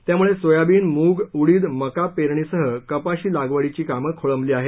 त्यामुळे सोयाबीन मूग उडीद मका पेरणीसह कपाशी लागवडीची कामं खोळंबली आहेत